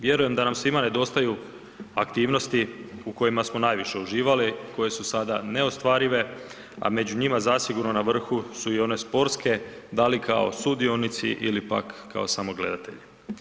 Vjerujem da nam svima nedostaju aktivnosti u kojima smo najviše uživali, koje su sada neostvarive, a među njima zasigurno na vrhu su i one sportske, da li kao sudionici ili pak kao samo gledatelji.